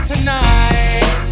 Tonight